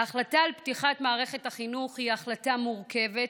ההחלטה על פתיחת מערכת החינוך היא החלטה מורכבת,